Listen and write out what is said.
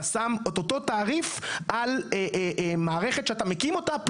אתה שם את אותו תעריף על מערכת שאתה מקים אותה,